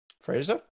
fraser